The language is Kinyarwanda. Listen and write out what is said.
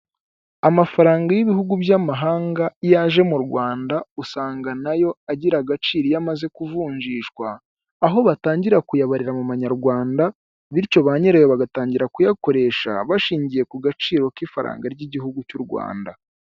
Amafaranga y'ibihugu by'amahanga iyo aje mu Rwanda usanga nayo agira agaciro iyo amaze kuvunjishwa, aho batangira kuyabarira mu manyarwanda bityo banyirayo bagatangira kuyakoresha bashingiye ku gaciro k'ifaranga ry'igihugu cy' u Rwanda.